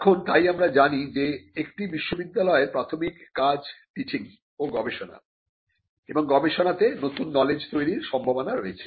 এখন তাই আমরা জানি যে একটি বিশ্ববিদ্যালয়ের প্রাথমিক কাজ টিচিং ও গবেষণা এবং গবেষণাতে নতুন নলেজ তৈরির সম্ভাবনা রয়েছে